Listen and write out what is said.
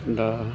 दा